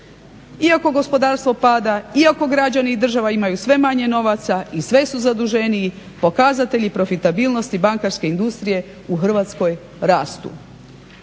Iako gospodarstvo pada, iako građani i država imaju sve manje novaca i sve su zaduženiji, pokazatelji profitabilnosti bankarske industrije u Hrvatskoj rastu.